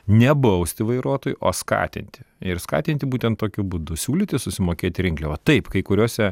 nebausti vairuotojų o skatinti ir skatinti būtent tokiu būdu siūlyti susimokėti rinkliavą taip kai kuriose